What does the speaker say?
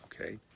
okay